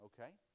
okay